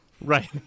right